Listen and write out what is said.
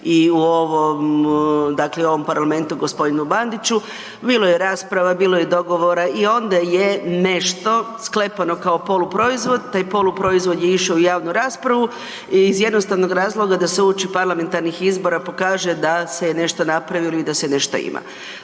ovom parlamentu gosp. Bandiću, bilo je rasprava, bilo je dogovora i onda je nešto sklepano kao poluproizvod, taj poluproizvod je išao u javnu raspravu iz jednostavnog razloga da se uoči parlamentarnih izbora pokaže da se je nešto napravilo i da se nešto ima.